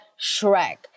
Shrek